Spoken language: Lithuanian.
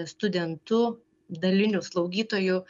studentu daliniu slaugytoju